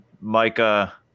Micah